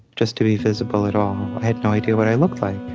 just to be visible at all. i had no idea what i looked like.